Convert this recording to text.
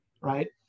right